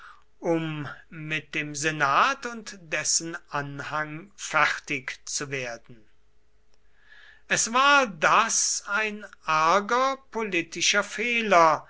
um mit dem senat und dessen anhang fertigzuwerden es war das ein arger politischer fehler